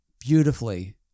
beautifully